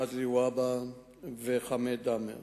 מגלי והבה וחמד עמאר